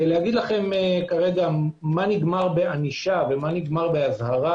לומר לכם מה נגמר בענישה ומה באזהרה